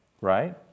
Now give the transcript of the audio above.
Right